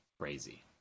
crazy